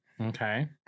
Okay